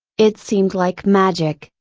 it seemed like magic,